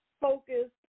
focused